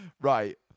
Right